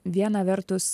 viena vertus